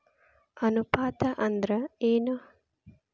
ಅನುಪಾತ ಅಂದ್ರ ಏನ್?